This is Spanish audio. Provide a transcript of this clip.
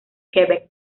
quebec